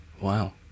Wow